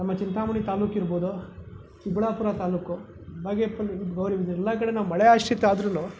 ನಮ್ಮ ಚಿಂತಾಮಣಿ ತಾಲ್ಲೂಕು ಇರ್ಬೋದು ಚಿಕ್ಕಬಳ್ಳಾಪುರ ತಾಲ್ಲೂಕು ಇಲ್ಲಿ ಎಲ್ಲ ಕಡೆಯೂ ಮಳೆ ಆಶ್ರಿತ ಆದರೂ